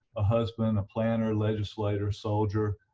a husband, a planner, legislator, soldier,